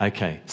Okay